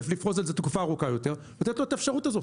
לפרוס את זה לתקופה ארוכה יותר ולתת לו את האפשרות הזאת.